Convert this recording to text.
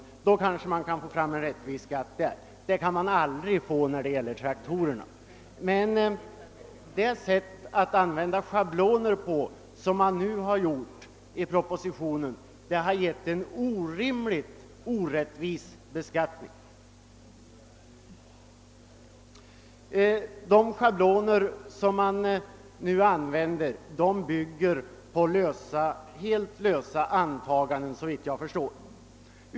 Detta blir inte möjligt i fråga om traktorer, men det sätt att använda schabloner som föreslås i propositionen leder till en orimlig och orättvis beskattning. Schablonerna bygger såvitt jag kan förstå på helt lösa antaganden.